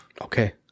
Okay